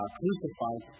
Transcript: crucified